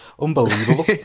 unbelievable